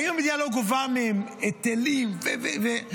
האם המדינה לא גובה מהם היטלים ומע"מ?